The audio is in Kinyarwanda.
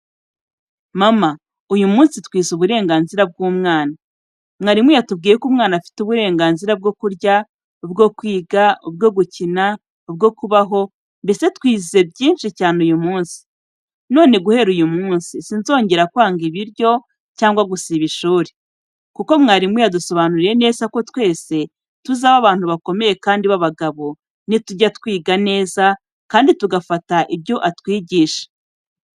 Mama! Uyu munsi twize uburenganzira bw’umwana. Mwarimu yatubwiye ko umwana afite uburenganzira bwo kurya, ubwo kwiga, ubwo gukina, ubwo kubaho, mbese twize byinshi cyane uyu munsi. None guhera uyu munsi sinzongera kwanga ibiryo cyangwa gusiba ishuri, kuko mwarimu yadusobanuriye neza ko twese tuzaba abantu bakomeye kandi b’abagabo, nitujya twiga neza kandi tugafata ibyo atwigisha.